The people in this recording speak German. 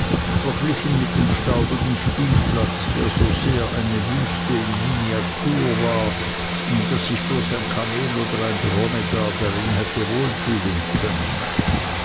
verglichen mit dem staubigen spielplatz der so sehr eine wüste in miniatur war daß sich bloß ein kamel oder ein dromedar darin hätten wohl fühlen können